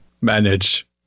manage